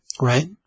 right